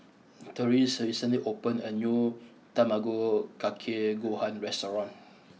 Therese recently opened a new Tamago Kake Gohan restaurant